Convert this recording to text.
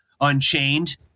Unchained